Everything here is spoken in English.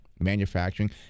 manufacturing